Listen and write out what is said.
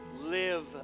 live